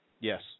Yes